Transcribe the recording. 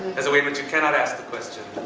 as a way, in which you cannot ask a question.